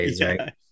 right